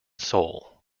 soul